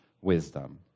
wisdom